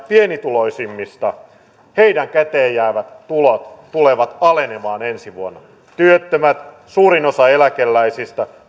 pienituloisimmista käteenjäävät tulot tulevat alenemaan ensi vuonna työttömät suurin osa eläkeläisistä